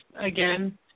Again